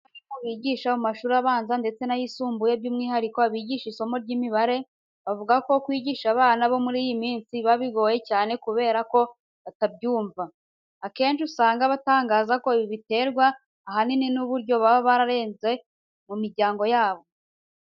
Abarimu bigisha mu mashuri abanza ndetse n'ayisumbuye by'umwihariko abigisha isomo ry'imibare, bavuga ko kwigisha abana bo muri iyi minsi biba bigoye cyane kubera ko batacyumva. Akenshi usanga batangaza ko ibi babiterwa ahanini n'uburyo baba bararezwe mu miryango yabo.